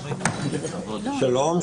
שלום.